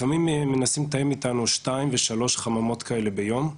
לפעמים הם מנסים לתאם איתנו שתיים ושלוש חממות כאלה ביום,